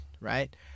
right